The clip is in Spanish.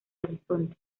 horizonte